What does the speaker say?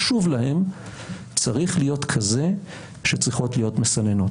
חשוב להם, צריך להיות כזה שצריכות להיות מסננות.